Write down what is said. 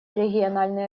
региональные